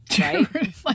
right